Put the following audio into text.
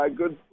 good